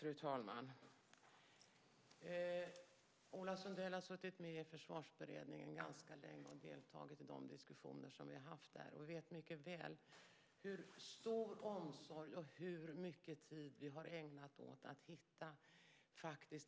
Fru talman! Ola Sundell har suttit med i Försvarsberedningen ganska länge och deltagit i de diskussioner som vi har haft där och vet mycket väl hur stor omsorg och hur mycket tid som vi har ägnat åt att hitta